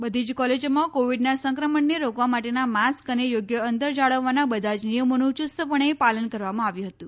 બધી જ કોલેજોમાં કોવિડના સંક્રમણને રોકવા માટેના માસ્ક અને યોગ્ય અંતર જાળવવાના બધા જ નિયમોનું યુસ્તપણે પાલન કરવામાં આવ્યું હતું